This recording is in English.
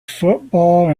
football